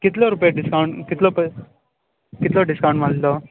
कितलो रुपया डिस्कावन्ट कितले पळय